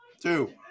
two